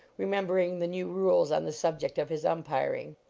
remembering the new rules on the subject of his umpiring.